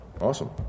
Awesome